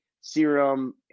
serum